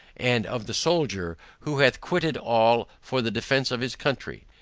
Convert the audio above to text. and of the soldier, who hath quitted all for the defence of his country.